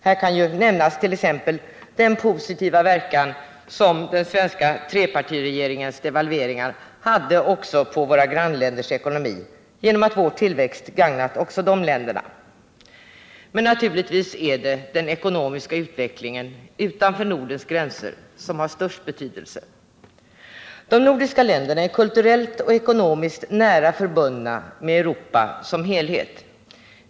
Som exempel kan anföras den positiva verkan som den svenska trepartiregeringens devalveringar har haft också på våra grannländers ekonomi genom att vår ekonomiska tillväxt gagnat också dessa länder. Men naturligtvis är det den ekonomiska utvecklingen utanför Nordens gränser som har störst betydelse. De nordiska länderna är kulturellt och ekonomiskt nära förbundna med Europa som helhet.